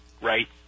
right